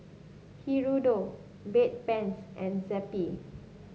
Hirudoid Bedpans and Zappy